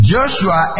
Joshua